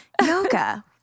yoga